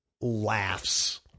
laughs